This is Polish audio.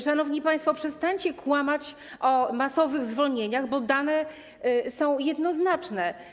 Szanowni państwo, przestańcie kłamać o masowych zwolnieniach, bo dane są jednoznaczne.